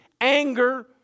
anger